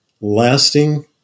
lasting